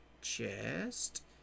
chest